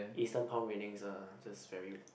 Eastern palm readings are just very